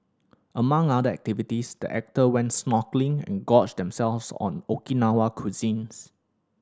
among other activities the actor went snorkelling and gorged themselves on Okinawan cuisine